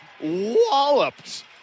walloped